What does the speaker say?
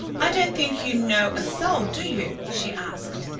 i don't think you know a soul, do you? she asked.